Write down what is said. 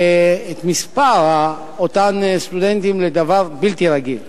ומספר אותם סטודנטים הוא דבר בלתי רגיל.